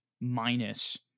minus